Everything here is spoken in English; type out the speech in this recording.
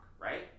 right